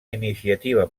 iniciativa